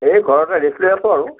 এই ঘৰতে ৰেষ্ট লৈ আছোঁ আৰু